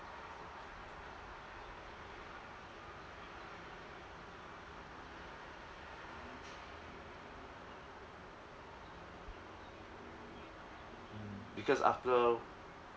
mm because after